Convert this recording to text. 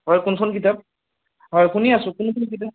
হয় কোনখন কিতাপ হয় শুনি আছোঁ কোনখন কিতাপ